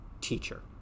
teacher